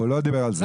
הוא לא דיבר על זה.